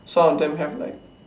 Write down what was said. some of them have like